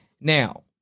Now